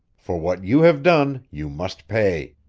for what you have done, you must pay.